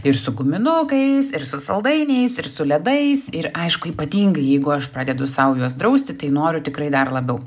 ir su guminukais ir su saldainiais ir su ledais ir aišku ypatingai jeigu aš pradedu sau juos drausti tai noriu tikrai dar labiau